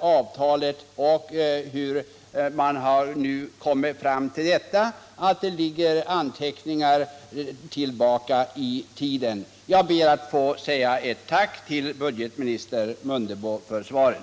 avtalet och redogjort för hur man kommit fram till det samt att det finns anteckningar som ligger till grund för detta sedan långt tillbaka i tiden. Jag ber att få säga ett tack till budgetminister Mundebo för svaret.